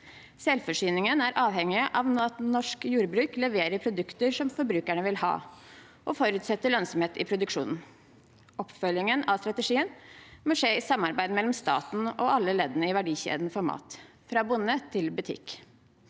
Selvforsyningen er avhengig av at norsk jordbruk leverer produkter som forbrukerne vil ha, og forutsetter lønnsomhet i produksjonen. Oppfølgingen av strategien må skje i samarbeid mellom staten og alle leddene i verdikjeden for mat, fra bonde til butikk.